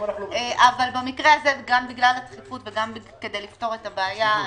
אבל במקרה הזה גם בגלל הדחיפות וגם כדי לפתור את הבעיה,